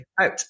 out